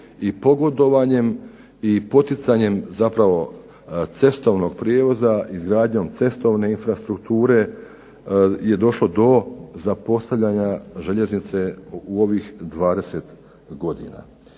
i pogodovanjem i poticanjem zapravo cestovnog prijevoza, izgradnjom cestovne infrastrukture je došlo do zapostavljanja željeznice u ovih 20. godina.